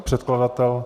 Předkladatel?